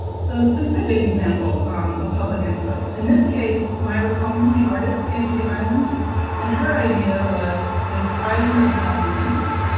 so specific example of public input. in this case, myra coleman, the artist came to the island and her idea was this island of a thousand hammocks.